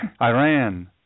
Iran